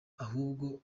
ahubwo